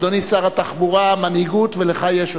אדוני שר התחבורה, מנהיגות, ולך יש.